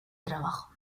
trabajo